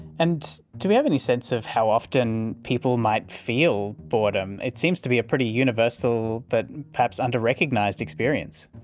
and do we have any sense of how often people might feel boredom? it seems to be a pretty universal but perhaps under-recognised experience.